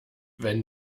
wenn